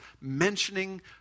mentioning